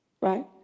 right